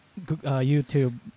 YouTube